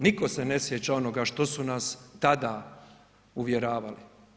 Niko se ne sjeća onoga što su nas tada uvjeravali.